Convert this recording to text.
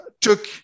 Took